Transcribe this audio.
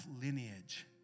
lineage